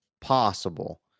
possible